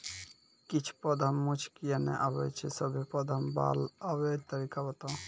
किछ पौधा मे मूँछ किये नै आबै छै, सभे पौधा मे बाल आबे तरीका बताऊ?